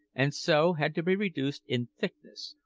and so had to be reduced in thickness,